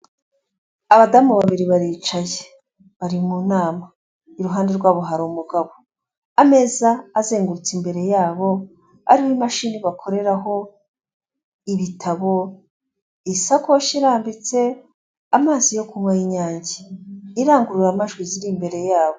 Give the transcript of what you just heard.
Abadamu babiri baricaye bari mu nama, iruhande rwabo hari umugabo, ameza azengurutse imbere yabo ariho imashini bakoreraho, ibitabo, isakoshi irambitse, amazi yo kunywa y'Inyange, irangururamajwi ziri imbere yabo.